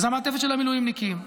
אז המעטפת של המילואימניקים,